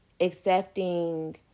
accepting